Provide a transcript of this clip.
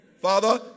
Father